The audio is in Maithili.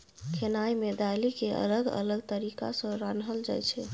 खेनाइ मे दालि केँ अलग अलग तरीका सँ रान्हल जाइ छै